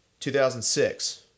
2006